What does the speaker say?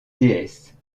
déesse